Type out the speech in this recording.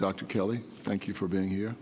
doctor kelly thank you for being here